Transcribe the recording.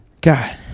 God